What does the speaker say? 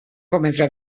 cometre